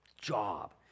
job